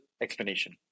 explanation